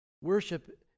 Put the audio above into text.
worship